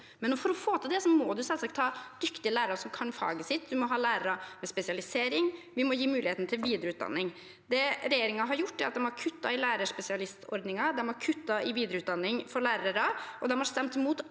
For å få til det må man selvsagt ha dyktige lærere som kan faget sitt, man må ha lærere med spesialisering, og vi må gi muligheten til videreutdanning. Det regjeringen har gjort, er at de har kuttet i lærerspesialistordningen, kuttet i videreutdanning for lærere og stemt mot alle